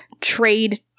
trade